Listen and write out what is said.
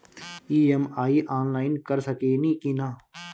EMI online कर सकेनी की ना?